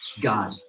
God